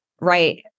right